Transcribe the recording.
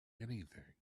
anything